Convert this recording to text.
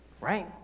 Right